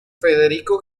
federico